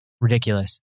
Ridiculous